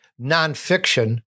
nonfiction